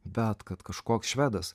bet kad kažkoks švedas